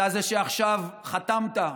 אתה זה שעכשיו חתמת,